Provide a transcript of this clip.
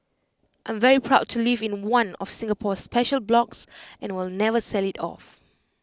I'm very proud to live in one of Singapore's special blocks and will never sell IT off